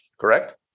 correct